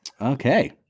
Okay